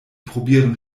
probieren